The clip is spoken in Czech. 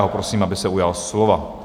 Já ho prosím, aby se ujal slova.